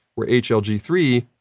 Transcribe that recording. where h l g three,